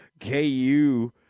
KU